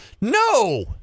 no